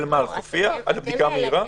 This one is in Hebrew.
על הבדיקה המהירה?